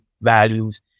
values